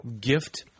gift